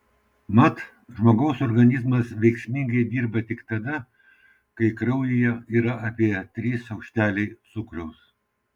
mat žmogaus organizmas veiksmingai dirba tik tada kai kraujyje yra apie trys šaukšteliai cukraus